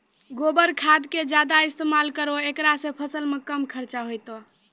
गोबर खाद के ज्यादा इस्तेमाल करौ ऐकरा से फसल मे कम खर्च होईतै?